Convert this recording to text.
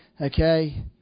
Okay